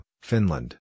Finland